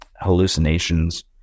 hallucinations